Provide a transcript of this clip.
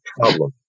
problem